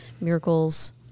miracles